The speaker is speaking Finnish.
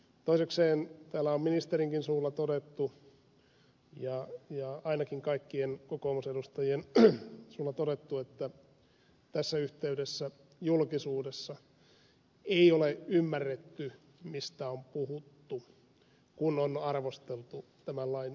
toisekseen täällä on ministerinkin suulla ja ainakin kaikkien kokoomusedustajien suulla todettu että tässä yhteydessä julkisuudessa ei ole ymmärretty mistä on puhuttu kun on arvosteltu tämän lain sisältöä